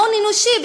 ההון האנושי,